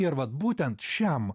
ir vat būtent šiam